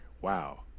wow